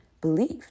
believed